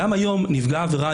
גם היום נפגע העבירה,